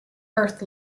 earth